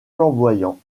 flamboyant